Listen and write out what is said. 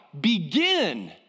begin